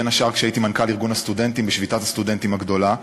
בין השאר כשהייתי מנכ"ל ארגון הסטודנטים בשביתת הסטודנטים הגדולה.